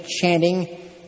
chanting